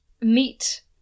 meet